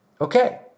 okay